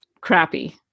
crappy